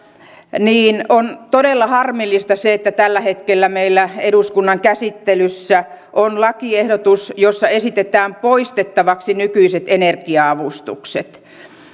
niin on todella harmillista se että tällä hetkellä meillä eduskunnan käsittelyssä on lakiehdotus jossa esitetään poistettavaksi nykyiset energia avustukset